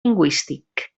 lingüístic